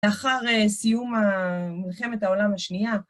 לאחר סיום מלחמת העולם השנייה,